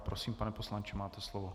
Prosím, pane poslanče, máte slovo.